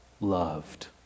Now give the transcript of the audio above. loved